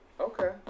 Okay